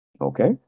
okay